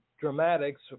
dramatics